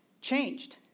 changed